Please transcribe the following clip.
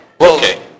Okay